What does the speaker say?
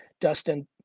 Dustin